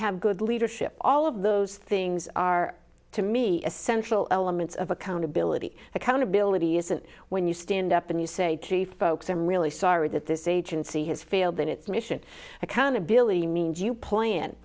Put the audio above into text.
have good leadership all of those things are to me essential elements of accountability accountability isn't when you stand up and you say to the folks i'm really sorry that this agency has failed in its mission accountability means you plan